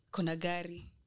Konagari